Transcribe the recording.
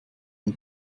und